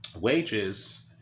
Wages